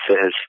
says